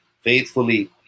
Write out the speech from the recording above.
faithfully